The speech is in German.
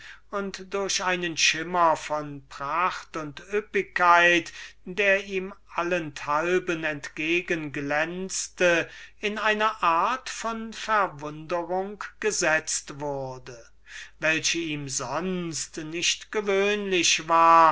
und durch einen schimmer von pracht und üppigkeit der ihm allenthalben entgegen glänzte in eine art von verwunderung gesetzt wurde die ihm sonst nicht gewöhnlich war